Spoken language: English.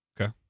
Okay